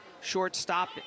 shortstop